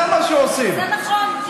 זה נכון.